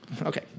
okay